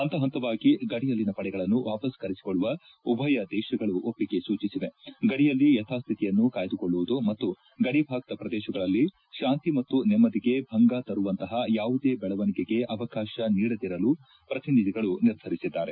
ಹಂತ ಹಂತವಾಗಿ ಗಡಿಯಲ್ಲಿನ ಪಡೆಗಳನ್ನು ವಾಪಸ್ ಕರೆಸಿಕೊಳ್ಳಲು ಉಭಯ ದೇಶಗಳು ಒಪ್ಸಿಗೆ ಸೂಚಿಸಿವೆ ಗಡಿಯಲ್ಲಿ ಯಥಾಸ್ಡಿತಿಯನ್ನು ಕಾಯ್ಲುಕೊಳ್ಳುವುದು ಮತ್ತು ಗಡಿಭಾಗದ ಪ್ರದೇಶಗಳಲ್ಲಿ ಶಾಂತಿ ಮತ್ತು ನೆಮ್ಮದಿಗೆ ಭಂಗ ತರುವಂತಹ ಯಾವುದೇ ಬೆಳವಣಿಗೆಗೆ ಅವಕಾಶ ನೀಡದಿರಲು ಪ್ರತಿನಿಧಿಗಳು ನಿರ್ಧರಿಸಿದ್ದಾರೆ